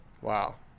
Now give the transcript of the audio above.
Wow